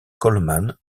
coleman